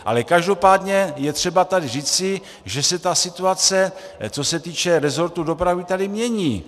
Ale každopádně je třeba tady říci, že se situace, co se týče rezortu dopravy, tady mění.